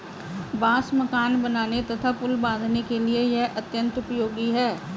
बांस मकान बनाने तथा पुल बाँधने के लिए यह अत्यंत उपयोगी है